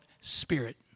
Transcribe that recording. spirit